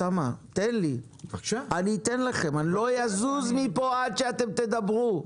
אוסאמה, תן לי , אני לא אזוז מפה עד שאתם תדברו.